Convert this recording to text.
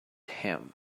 him